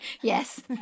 Yes